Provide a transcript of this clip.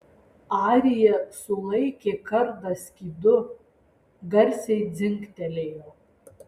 arija sulaikė kardą skydu garsiai dzingtelėjo